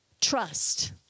trust